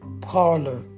parlor